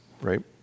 right